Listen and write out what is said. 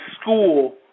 school